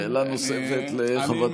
שאלה נוספת, לחברת הכנסת אורית סטרוק.